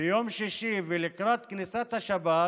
ביום שישי ולקראת כניסת השבת,